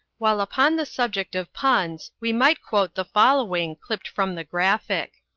while upon the subject of puns, we might quote the following, clipped from the graphic